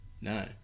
No